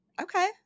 okay